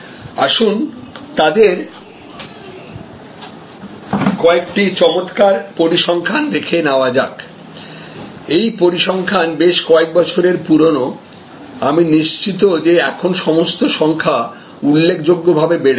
আসুন তাদের কয়েকটি চমত্কার পরিসংখ্যান দেখে নেওয়া যাক এই পরিসংখ্যান বেশ কয়েক বছরের পুরানো আমি নিশ্চিত যে এখন সমস্ত সংখ্যা উল্লেখযোগ্যভাবে বেড়েছে